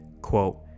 Quote